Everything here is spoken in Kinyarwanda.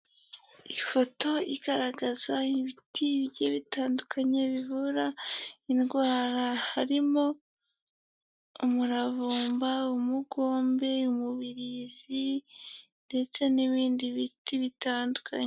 Ifoto igaragaza ibiti bigiye bitandukanye bivura indwara, harimo umuravumba, umugombe, umubirizi ndetse n'ibindi biti bitandukanye.